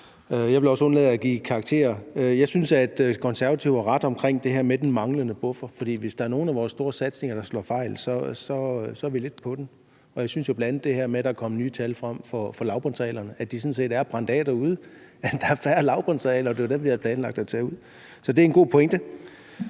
Jeg vil også undlade at give karakterer. Jeg synes, at Konservative har ret i det her med den manglende buffer, for hvis der er nogle af vores store satsninger, der slår fejl, så er vi lidt på den. Der er bl.a. det her med, at der er kommet nye tal frem for lavbundsarealerne, og at de sådan set er blevet brændt af derude – altså der er færre lavbundsarealer. Det var jo dem, som vi havde planlagt at tage ud. Så det er en god pointe.